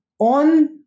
on